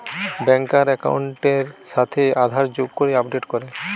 ব্যাংকার একাউন্টের সাথে আধার যোগ করে আপডেট করে